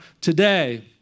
today